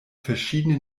verschiedene